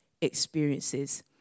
experiences